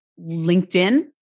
LinkedIn